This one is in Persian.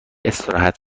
استراحت